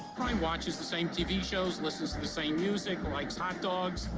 i mean watches the same tv shows, listens to the same music, likes hot dogs.